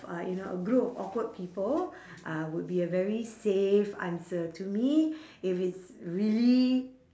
uh you know a group of awkward people uh would be a very safe answer to me if it's really